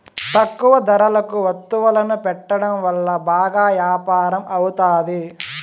తక్కువ ధరలకు వత్తువులను పెట్టడం వల్ల బాగా యాపారం అవుతాది